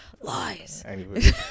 lies